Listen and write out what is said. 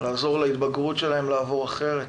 לעזור להתבגרות שלהם לעבור אחרת.